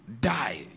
die